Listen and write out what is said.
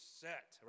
set